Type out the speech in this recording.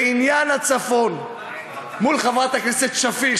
בעניין הצפון מול חברת הכנסת שפיר,